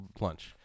lunch